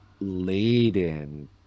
laden